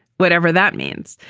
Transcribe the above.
whatever that means.